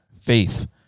faith